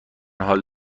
حال